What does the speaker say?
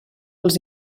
els